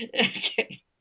Okay